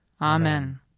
Amen